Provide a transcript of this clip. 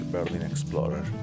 Berlinexplorer